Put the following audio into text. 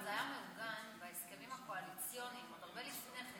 אבל זה היה מעוגן בהסכמים הקואליציוניים עוד הרבה לפני כן,